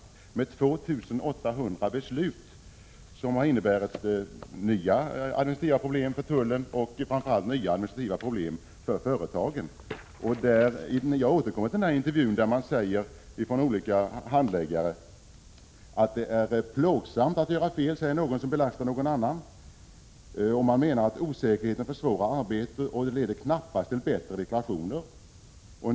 Det har blivit 2 800 beslut, som har inneburit nya administrativa problem för tullen och framför allt för företagen. Jag återkommer till intervjun med olika handläggare. Någon säger att det är plågsamt att göra fel som belastar någon annan. Man menar att osäkerheten försvårar arbetet och knappast leder till bättre deklarationer.